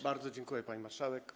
Bardzo dziękuję, pani marszałek.